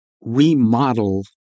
remodel